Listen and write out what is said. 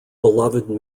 beloved